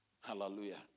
Hallelujah